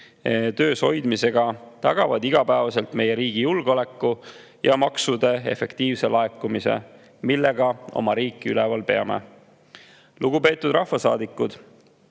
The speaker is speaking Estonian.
töös hoidmisega tagavad igapäevaselt meie riigi julgeoleku ja maksude efektiivse laekumise. [Maksutuluga] peame me oma riiki üleval. Lugupeetud rahvasaadikud!